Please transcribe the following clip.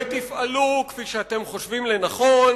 ותפעלו כפי שאתם חושבים לנכון,